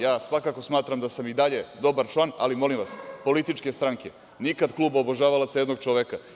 Ja svakako smatram da sam i dalje dobar član, ali molim vas, političke stranke, nikad kluba obožavalaca jednog čoveka.